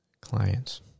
clients